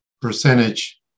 percentage